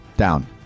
Down